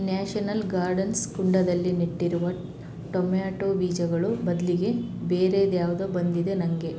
national gardens ಕುಂಡದಲ್ಲಿ ನೆಟ್ಟಿರುವ tomato ಬೀಜಗಳು ಬದಲಿಗೆ ಬೇರೇದ್ಯಾವುದೋ ಬಂದಿದೆ ನಂಗೆ